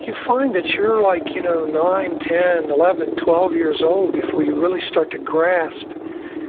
you find that you're like you know nine, ten, eleven, twelve years old before you really start to grasp